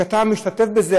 שאתה משתתף בזה,